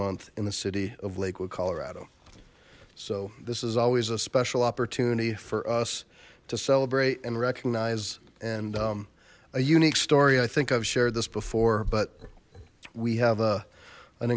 month in the city of lakewood colorado so this is always a special opportunity for us to celebrate and recognize and a unique story i think i've shared this before but we have a an